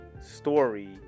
story